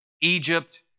Egypt